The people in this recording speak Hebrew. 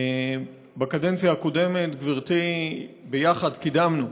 בקדנציה הקודמת, גברתי, קידמנו